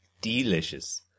Delicious